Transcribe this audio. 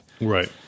Right